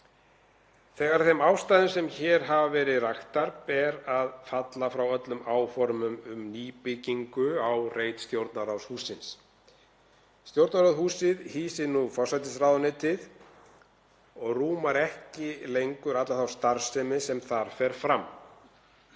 Þegar af þeim ástæðum sem hér hafa verið raktar ber að falla frá öllum áformum um nýbyggingu á reit Stjórnarráðshússins. Stjórnarráðshúsið hýsir nú forsætisráðuneytið og rúmar ekki lengur alla þá starfsemi sem þar fer fram.